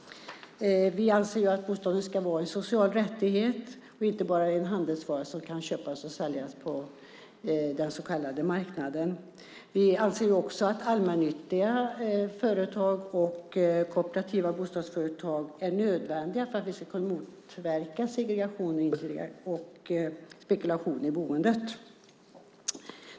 Vi anser att bostaden ska vara en social rättighet och inte bara en handelsvara som kan köpas och säljas på den så kallade marknaden. Vi anser också att allmännyttiga företag och kooperativa bostadsföretag är nödvändiga för att motverka segregation och spekulation i boendet.